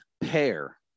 pair